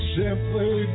simply